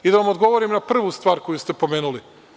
I da vam odgovorim na prvu stvar koju ste pomenuli.